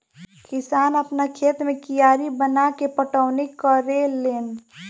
किसान आपना खेत मे कियारी बनाके पटौनी करेले लेन